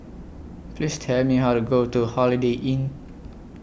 Please Tell Me How to Go to Holiday Inn